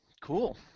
Cool